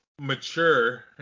mature